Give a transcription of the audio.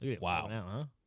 Wow